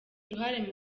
uruhare